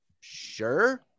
sure